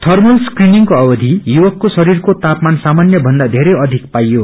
thermal स्कक्रीनिंगको अवधि युवकको शरीरको तापामान सामान्य भन्दा धेरै अधिक पाइयो